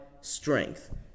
strength